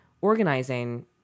organizing